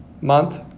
Month